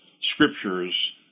scriptures